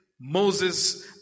Moses